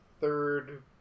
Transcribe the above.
third